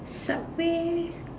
subway